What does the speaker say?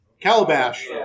Calabash